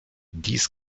dies